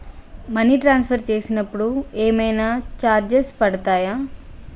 Money transfer చేసినప్పుడు ఏమైనా charges పడతయా?